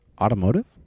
Automotive